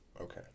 Okay